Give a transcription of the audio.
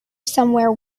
somewhere